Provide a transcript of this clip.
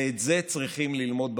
ואת זה צריכים ללמוד בקואליציה,